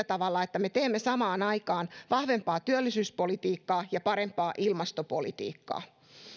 tavalla että me teemme samaan aikaan vahvempaa työllisyyspolitiikkaa ja parempaa ilmastopolitiikkaa